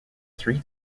three